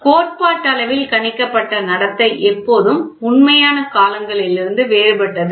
கோட்பாட்டளவில் கணிக்கப்பட்ட நடத்தை எப்போதும் உண்மையான காலங்களிலிருந்து வேறுபட்டது